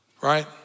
right